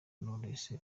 knowless